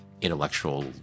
intellectual